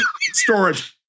storage